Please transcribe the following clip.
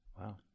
Wow